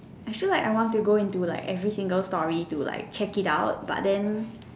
I feel like I want to go into like every single story to like check it out but then